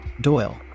Doyle